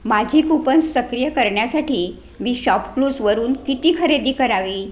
माझी कूपन सक्रिय करण्यासाठी मी शॉपक्लूजवरून किती खरेदी करावी